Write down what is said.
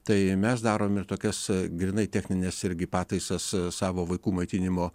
tai mes darom ir tokias grynai technines irgi pataisas savo vaikų maitinimo